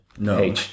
No